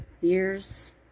years